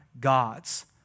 gods